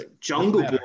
Jungle